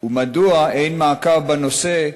3. מדוע אין מעקב בנושא,